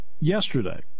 yesterday